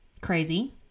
crazy